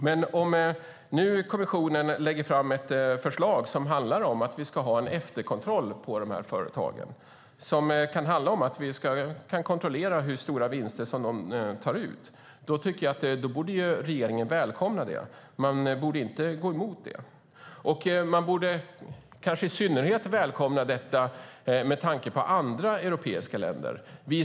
Men om nu kommissionen lägger fram ett förslag som handlar om att vi ska ha en efterkontroll på dessa företag och kunna kontrollera hur stora vinster de tar borde regeringen välkomna det och inte gå emot det. Man borde i synnerhet välkomna detta med tanke på andra europeiska länder.